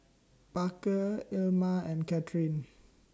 Parker Ilma and Kathrine